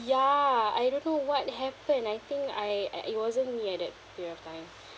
ya I don't know what happened I think I I it wasn't me at that period of time